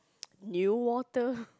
new water